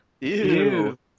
Ew